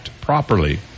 properly